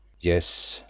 yes,